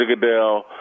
Goodell